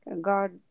god